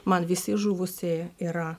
man visi žuvusieji yra